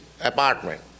apartment